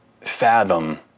fathom